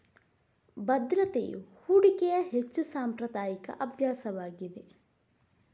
ಭದ್ರತೆಯು ಹೂಡಿಕೆಯ ಹೆಚ್ಚು ಸಾಂಪ್ರದಾಯಿಕ ಅಭ್ಯಾಸವಾಗಿದೆ